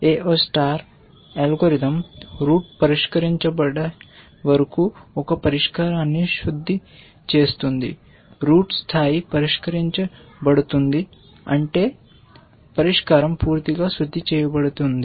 AO star algorithm root పరిష్కరించబడే వరకు ఒక పరిష్కారాన్ని శుద్ధి చేస్తుంది రూట్ స్థాయి పరిష్కరించబడుతుంది అంటే పరిష్కారం పూర్తిగా శుద్ధి చేయబడుతుంది